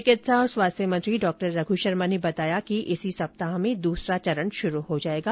चिकित्सा और स्वास्थ्य मंत्री डॉ रघु शर्मा ने बताया कि इसी सप्ताह में दूसरा चरण शुरू हो जाएगा